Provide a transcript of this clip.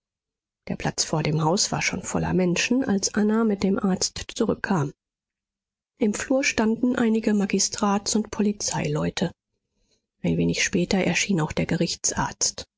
der platz vor dem haus war schon voller menschen als anna mit dem arzt zurückkam im flur standen einige magistrats und polizeileute ein wenig später erschien auch der